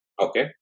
Okay